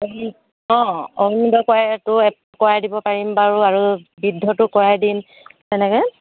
হেৰি অঁ অৰুণোদয় কৰাইটো কৰাই দিব পাৰিম বাৰু আৰু বৃদ্ধটো কৰাই দিম তেনেকৈ